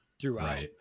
throughout